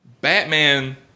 Batman